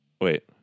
Wait